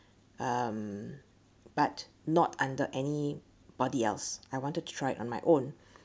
um but not under anybody else I wanted to try on my own